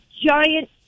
giant